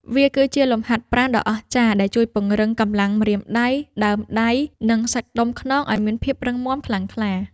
វាគឺជាលំហាត់ប្រាណដ៏អស្ចារ្យដែលជួយពង្រឹងកម្លាំងម្រាមដៃ ដើមដៃ និងសាច់ដុំខ្នងឱ្យមានភាពរឹងមាំខ្លាំងក្លា។